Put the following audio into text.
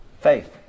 Faith